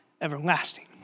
everlasting